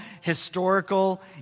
historical